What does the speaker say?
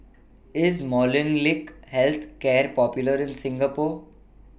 IS Molnylcke Health Care Popular in Singapore